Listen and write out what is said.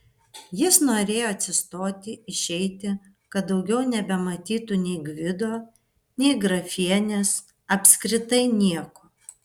jis norėjo atsistoti išeiti kad daugiau nebematytų nei gvido nei grafienės apskritai nieko